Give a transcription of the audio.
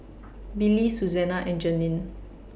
Billye Suzanna and Janeen